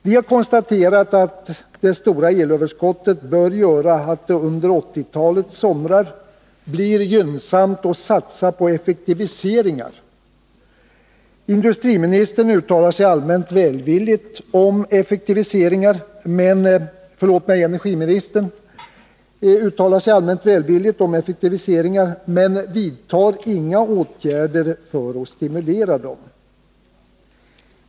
Vi har konstaterat att det stora elöverskottet bör göra att det under 1980-talets somrar blir gynnsamt att satsa på effektiviseringar. Energiministern uttalar sig allmänt välvilligt om effektiviseringar, men vidtar inga åtgärder för att stimulera till sådana.